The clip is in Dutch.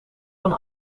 van